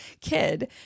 kid